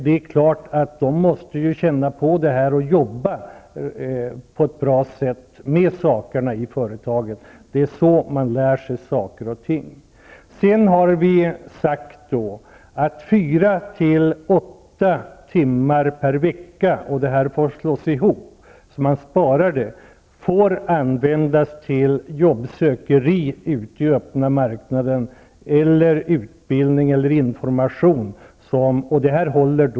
Dessa ungdomar måste få känna på att jobba på ett bra sätt i ett företag. Det är så man lär sig saker och ting. Vi har sagt att fyra till åtta timmar per vecka -- man kan spara och slå ihop timmarna -- får användas till att söka jobb ute på den öppna marknaden eller till utbildning och information.